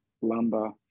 lumber